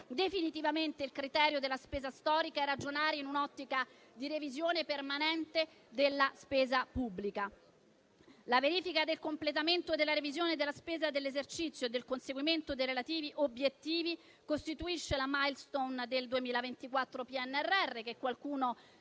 definitivamente il criterio della spesa storica e ragionare in un'ottica di revisione permanente della spesa pubblica. La verifica del completamento della revisione della spesa dell'esercizio e del conseguimento dei relativi obiettivi costituisce la *milestone* del 2024 per il PNRR, che qualcuno